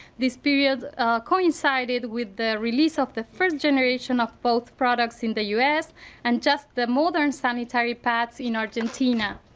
this period coincided with the release of the first generation of both products in the us and just the modern sanitary pads in argentina.